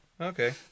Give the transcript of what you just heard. okay